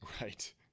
Right